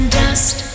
dust